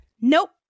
Nope